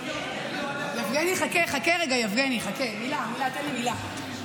חכה רגע, יבגני, תן לי מילה.